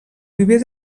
viver